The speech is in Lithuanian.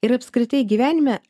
ir apskritai gyvenime